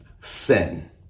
sin